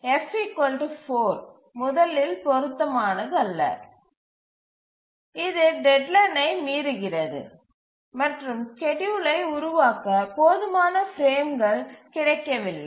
F 4 முதலில் பொருத்தமானதல்ல இது டெட்லைனை மீறுகிறது மற்றும் ஸ்கேட்யூலை உருவாக்க போதுமான பிரேம்கள் கிடைக்க வில்லை